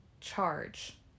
charge